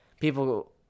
people